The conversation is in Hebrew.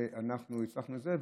ואנחנו הצלחנו בזה,